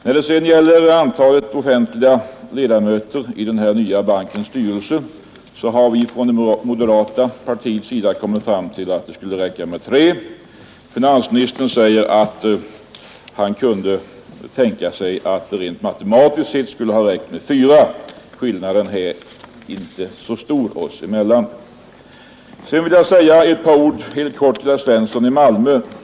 När det gäller antalet offentliga ledamöter i den nya bankens styrelse har vi inom moderata samlingspartiet kommit fram till att det skulle räcka med tre. Finansministern säger att han kunde tänka sig att rent matematiskt sett skulle det ha räckt med fyra. Skillnaden är inte så stor oss emellan. Sedan vill jag säga bara ett par ord till herr Svensson i Malmö.